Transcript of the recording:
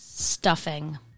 Stuffing